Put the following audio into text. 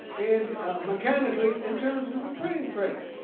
and mechanically in terms of the printing press.